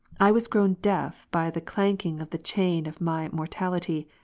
i was grown deaf by the clank ing of the chain of my mortality,